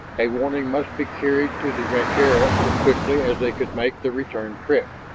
a warning must be carried to the rancheria as quickly as they could make the return trip.